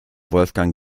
wolfgang